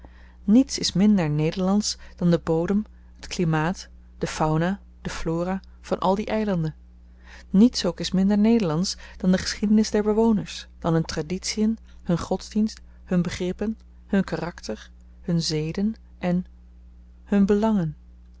niets is minder nederlandsch dan de bodem t klimaat de fauna de flora van al die eilanden niets ook is minder nederlandsch dan de geschiedenis der bewoners dan hun traditien hun godsdienst hun begrippen hun karakter hun zeden en hun belangen